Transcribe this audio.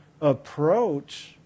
approach